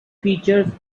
features